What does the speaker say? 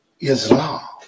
Islam